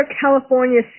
California